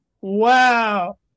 Wow